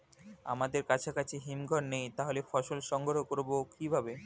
আমাদের কাছাকাছি হিমঘর নেই তাহলে ফসল সংগ্রহ করবো কিভাবে?